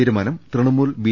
തീരുമാനം തൃണമൂൽ ബി